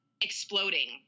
exploding